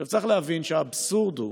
צריך להבין שהאבסורד הוא,